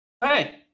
Hey